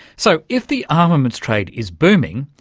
so if the armaments trade is booming,